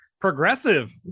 progressive